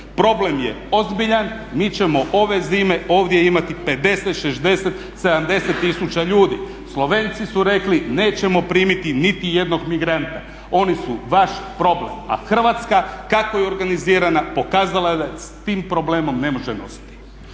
Problem je ozbiljan, mi ćemo ove zime ovdje imati 50, 60, 70 tisuća ljudi. Slovenci su rekli nećemo primiti nitijednog migranta, oni su vaš problem. A Hrvatska kako je organizirana pokazala je da se s tim problemom ne može nositi.